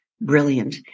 brilliant